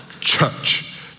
church